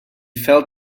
felt